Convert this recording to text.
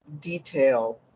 detail